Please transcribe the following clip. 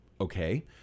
Okay